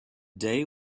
day